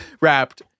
wrapped